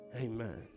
Amen